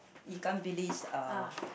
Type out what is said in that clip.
ikan-bilis uh